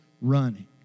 running